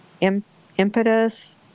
impetus